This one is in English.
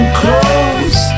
close